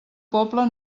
poble